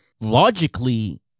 logically